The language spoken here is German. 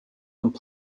und